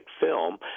film